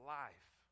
life